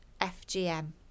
fgm